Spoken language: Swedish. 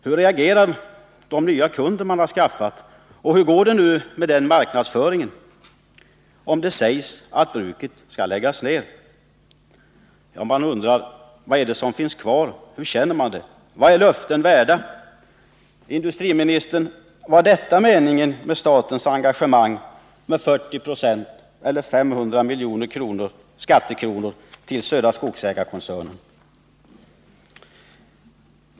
Hur reagerar de nya kunder man har skaffat, och hur går det med marknadsföringen, om det sägs att bruket skall läggas ner? Man undrar: Vad är det som finns kvar? Hur känner man det? Vad är löften värda? Var detta meningen, herr industriminister, med statens engagemang med 40 946 eller 500 miljoner skattekronor till Södra Skogsägarkoncernen?